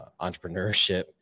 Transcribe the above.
entrepreneurship